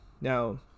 Now